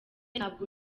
ntabwo